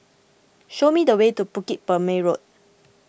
show me the way to Bukit Purmei Road